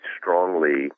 strongly